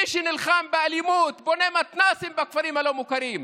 מי שנלחם באלימות בונה מתנ"סים בכפרים הלא-מוכרים,